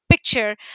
picture